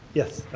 yes,